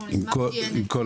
אנחנו מאוד נשמח לשבת איתם גם.